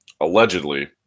allegedly